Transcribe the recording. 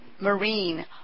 Marine